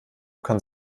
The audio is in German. kann